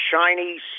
shiny